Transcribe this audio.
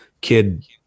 kid